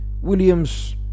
Williams